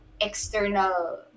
external